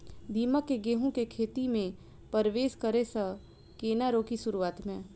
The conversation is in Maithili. दीमक केँ गेंहूँ केँ खेती मे परवेश करै सँ केना रोकि शुरुआत में?